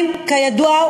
כידוע,